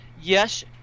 yes